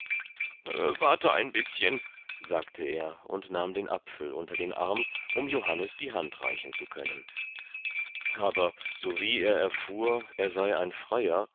warte ein bißchen sagte er und nahm den apfel unter den arm um johannes die hand reichen zu können aber sowie er erfuhr er sei ein freier